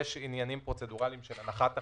יש עניינים פרוצדוראליים של הנחת החוק.